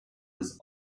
des